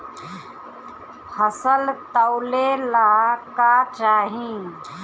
फसल तौले ला का चाही?